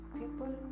people